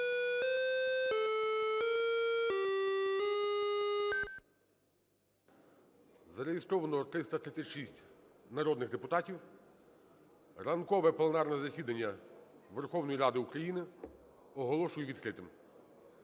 Зареєстровано 336 народних депутатів. Ранкове пленарне засідання Верховної Ради України оголошую відкритим.